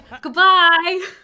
goodbye